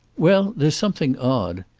well, there's something odd.